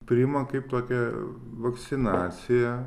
priima kaip tokią vakcinaciją